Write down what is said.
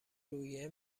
روحیه